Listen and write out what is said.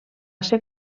ser